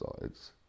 sides